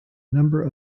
number